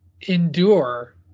endure